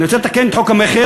אני רוצה לתקן את חוק המכר,